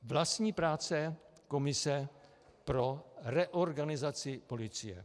Vlastní práce komise pro reorganizaci policie.